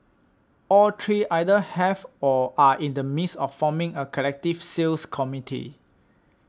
all three either have or are in the midst of forming a collective sales committee